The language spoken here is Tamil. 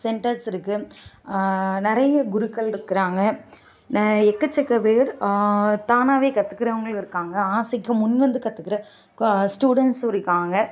சென்டர்ஸ் இருக்குது நிறைய குருக்கள் இருக்கிறாங்க எக்கசக்க பேர் தானாகவே கற்றுக்குறவுங்களும் இருக்காங்க ஆசைக்கு முன் வந்து கற்றுக்குற ஸ்டுடெண்ஸும் இருக்காங்க